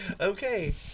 Okay